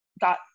got